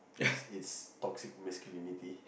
is is it's toxic masculinity